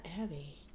abby